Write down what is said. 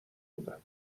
بودم